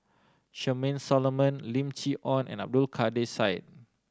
Charmaine Solomon Lim Chee Onn and Abdul Kadir Syed